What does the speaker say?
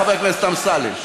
חבר הכנסת אמסלם.